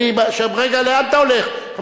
רגע, לאן אתה הולך?